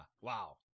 wow